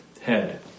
head